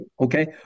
okay